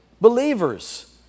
Believers